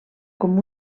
com